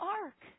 ark